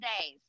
days